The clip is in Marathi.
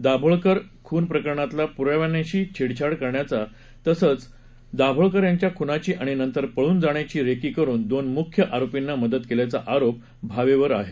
दाभोळकर खून प्रकरणातल्या पुराव्यांशी छेडछाड करण्याचा तसंच दाभोळकर यांच्या खुनाची आणि नंतर पळून जाण्याची रेकी करुन दोन मुख्य आरोपींना मदत केल्याचा आरोप भावेवर आहे